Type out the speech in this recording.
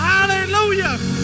Hallelujah